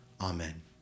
Amen